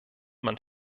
man